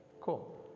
Cool